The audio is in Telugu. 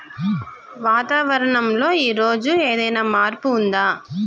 వాతావరణం లో ఈ రోజు ఏదైనా మార్పు ఉందా?